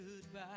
goodbye